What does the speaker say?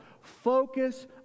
focus